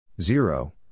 Zero